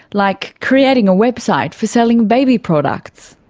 like creating a website for selling baby products.